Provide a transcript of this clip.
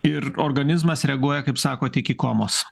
ir organizmas reaguoja kaip sakot iki komos